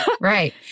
Right